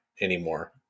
anymore